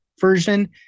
version